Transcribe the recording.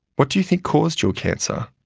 what do you think caused your cancer?